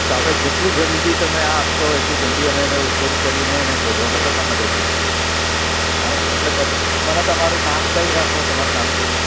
તો આપણે જેટલું જલદી તમે આ આપશો એટલું જલદી અમે એને ઉકેલ કરીને એને શોધવામાં તમને મદદરૂપ થઈશું હા એટલે તમે મને તમારું નામ કહી રાખો તમારું નામ બોલો